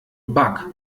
bug